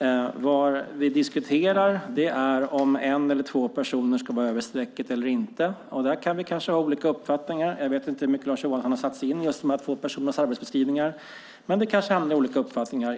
ägande. Vad vi diskuterar är om en eller två personer ska vara över strecket eller inte. Där kan vi kanske ha olika uppfattningar. Jag vet inte hur mycket Lars Johansson har satt sig in i just de två personernas arbetsbeskrivningar. Kanske finns det olika uppfattningar.